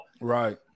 Right